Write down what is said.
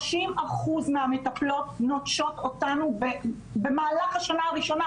30% מהמטפלות נוטשות אותנו במהלך השנה הראשונה,